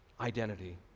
identity